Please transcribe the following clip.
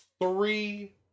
Three